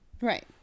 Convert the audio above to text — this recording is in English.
Right